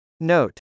Note